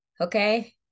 okay